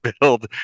build